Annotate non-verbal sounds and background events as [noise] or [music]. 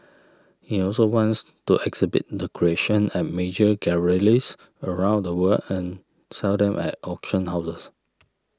he also wants to exhibit the creations at major [unintelligible] around the world and sell them at auction houses